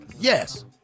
yes